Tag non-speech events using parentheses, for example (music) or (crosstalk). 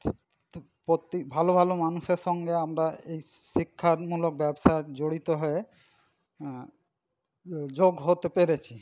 (unintelligible) ভালো ভালো মানুষের সঙ্গে আমরা এই শিক্ষামূলক ব্যবসা জড়িত হয়ে যোগ হতে পেরেছি